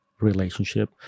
relationship